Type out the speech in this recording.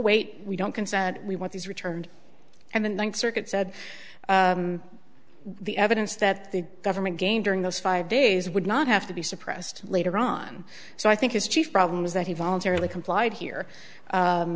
wait we don't consent we want these returned and then one circuit said the evidence that the government game during those five days would not have to be suppressed later on so i think his chief problem is that he voluntarily complied here